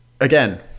again